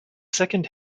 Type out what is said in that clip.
second